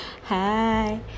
Hi